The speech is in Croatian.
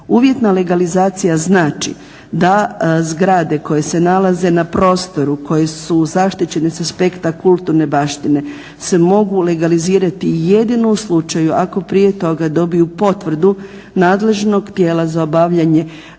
Uvjetna legalizacija znači da zgrade koje se nalaze na prostoru koje su zaštićene sa aspekta kulturne baštine se mogu legalizirati jedino u slučaju ako prije toga dobiju potvrdu nadležnog tijela za obavljanje